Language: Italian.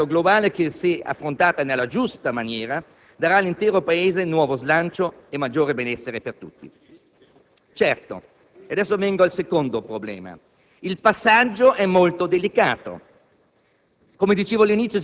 una sfida in un mercato globale che, se affrontata nella giusta maniera, darà all'intero Paese nuovo slancio e maggior benessere per tutti. Certo, e adesso vengo al secondo problema, il passaggio è molto delicato.